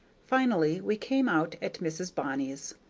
finally we came out at mrs. bonny's.